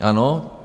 Ano.